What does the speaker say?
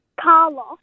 Carlos